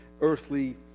earthly